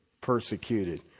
persecuted